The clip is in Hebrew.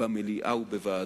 במליאה ובוועדותיה.